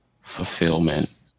fulfillment